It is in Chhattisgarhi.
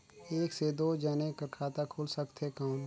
एक से दो जने कर खाता खुल सकथे कौन?